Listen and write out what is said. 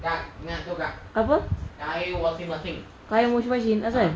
kak ingat tu kak kain washing machine